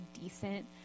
decent